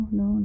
no